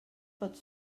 pots